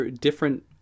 different